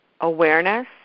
awareness